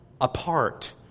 apart